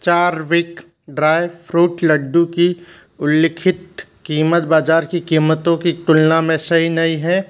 चारविक dry fruit laddu की उल्लिखित कीमत बाजार की कीमतों की तुलना में सही नहीं है